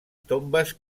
tombes